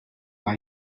now